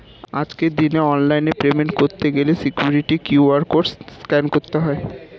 আজকের দিনে অনলাইনে পেমেন্ট করতে গেলে সিকিউরিটি কিউ.আর কোড স্ক্যান করতে হয়